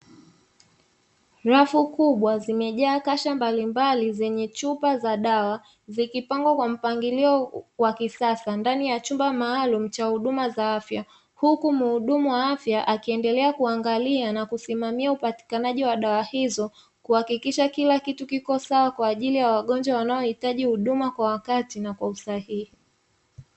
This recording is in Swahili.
Rafu kubwa zimejaa kasha mbalimbali, zenye chupa za dawa zikipangwa kwa mpangilio wa kisasa, ndani ya chumba maalum cha huduma za afya, huku muhudumu wa afya akiendelea kuangalia na kusimamia huduma za upatikanaji wa dawa hizo, kuhakikisha kila kitu kipo sawa kwa wagonjwa wanao hitaji huduma kwa wakati na kwa usahihi.